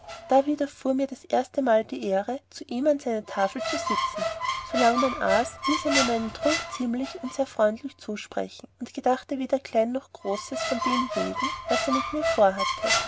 da widerfuhr mir das erstemal die ehre zu ihm an seine tafel zu sitzen solang man aß ließ er mir mit dem trunk ziemlich und sehr freundlich zusprechen und gedachte weder klein noch großes von demjenigen was er mit mir vorhatte